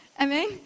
Amen